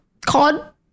COD